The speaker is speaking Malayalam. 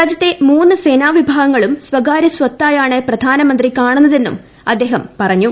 രാജ്യത്തെ മൂന്ന് സേനാവിഭാഗങ്ങളും സ്വകാര്യസ്തായാണ് പ്രധാനമന്ത്രി കാണുന്നതെന്നും അദ്ദേഹം പറഞ്ഞു